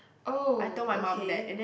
oh okay